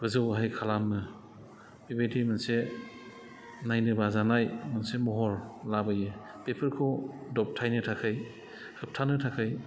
गोजौ गाहाय खालामो बेबायदि मोनसे नायनो नाजानाय मोनसे महर लाबोयो बेफोरखौ दब्थायनो थाखाय होबथायनो थाखाय